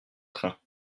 train